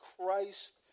Christ